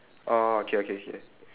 orh okay okay okay